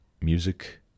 music